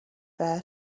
there